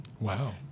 Wow